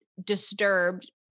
disturbed